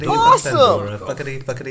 awesome